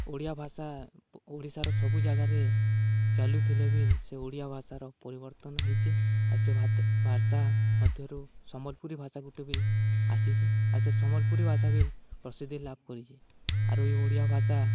ଓଡ଼ିଆ ଭାଷା ଓଡ଼ିଶାର ସବୁ ଜାଗାରେ ଚାଲୁଥିଲେ ବିିଲ୍ ସେ ଓଡ଼ିଆ ଭାଷାର ପରିବର୍ତ୍ତନ ହେଇଚେ ଆର୍ ସେ ଭାଷା ମଧ୍ୟରୁ ସମ୍ବଲପୁରୀ ଭାଷା ଗୁଟେ ବିିଲ୍ ଆସିଚେ ଆର୍ ସେ ସମ୍ବଲପୁରୀ ଭାଷା ବିଲ୍ ପ୍ରସିଦ୍ଧି ଲାଭ୍ କରିଚେ ଆରୁ ଇ ଓଡ଼ିଆ ଭାଷା